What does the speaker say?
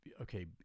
okay